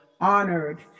honored